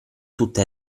tutte